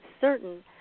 certain